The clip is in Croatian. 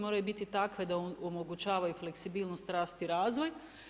Moraju biti takve da omogućavaju fleksibilnost, rast i razvoj.